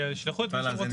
שישלחו את מי שרוצים.